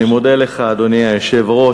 אני מודה לך, אדוני היושב-ראש.